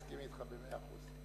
מסכים אתך במאה אחוז.